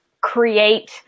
create